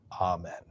Amen